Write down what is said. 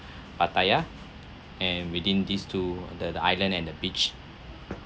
pattaya and within these two the island and the beach